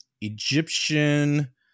Egyptian